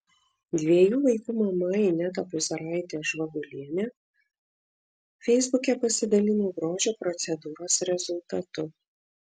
dviejų vaikų mama ineta puzaraitė žvagulienė feisbuke pasidalijo grožio procedūros rezultatu